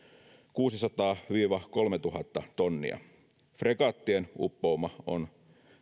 kuusisataa viiva kolmetuhatta tonnia fregattien uppouma on